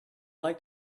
like